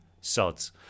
sods